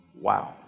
Wow